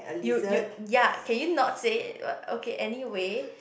you you ya can you not say it but okay anyway